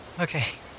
Okay